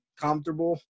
comfortable